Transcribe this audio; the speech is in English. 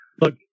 Look